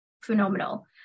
phenomenal